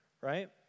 Right